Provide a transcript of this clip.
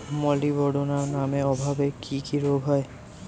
মলিবডোনামের অভাবে কি কি রোগ হয়?